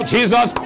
Jesus